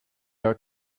are